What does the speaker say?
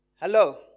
hello